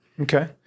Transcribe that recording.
Okay